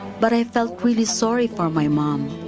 but i felt really sorry for my mom.